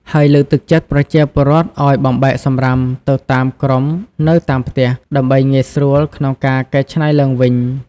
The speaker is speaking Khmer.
ហើយលើកទឹកចិត្តប្រជាពលរដ្ឋឱ្យបំបែកសំរាមទៅតាមក្រុមនៅតាមផ្ទះ ដើម្បីងាយស្រួលក្នុងការកែច្នៃឡើងវិញ។